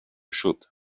should